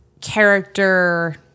character